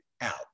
out